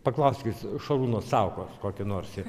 paklauskit šarūno saukos kokio nors